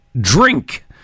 drink